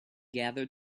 gather